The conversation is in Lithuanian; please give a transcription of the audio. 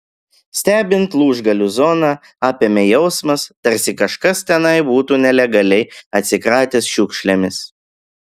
stebint lūžgalių zoną apėmė jausmas tarsi kažkas tenai būtų nelegaliai atsikratęs šiukšlėmis